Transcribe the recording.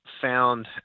found